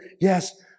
Yes